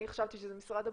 אני חשבתי שזה משרד הבריאות,